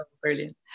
brilliant